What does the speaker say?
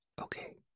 okay